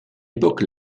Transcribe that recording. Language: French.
époque